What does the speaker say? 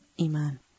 Iman